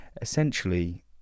Essentially